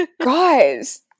Guys